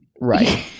right